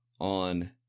on